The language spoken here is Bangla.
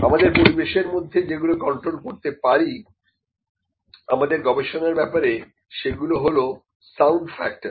আমাদের পরিবেশের মধ্যে যেগুলো কন্ট্রোল করতে পারি আমাদের গবেষণার ব্যাপারে সেগুলি হল সাউন্ড ফ্যাক্টর